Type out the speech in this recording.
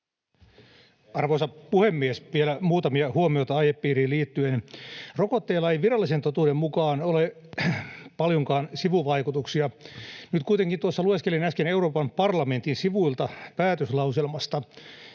Arvoisa puhemies! Vielä muutamia huomioita aihepiiriin liittyen: Rokotteilla ei virallisen totuuden mukaan ole paljonkaan sivuvaikutuksia. Kuitenkin lueskelin äsken Euroopan parlamentin sivuilta päätöslauselmaa,